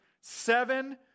Seven